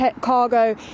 cargo